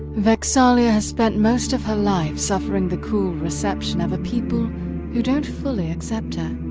vex'ahlia has spent most of her life suffering the cool reception of a people who don't fully accept her.